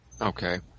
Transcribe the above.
Okay